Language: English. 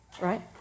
Right